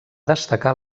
destacar